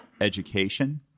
education